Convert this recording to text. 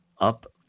up